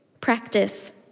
practice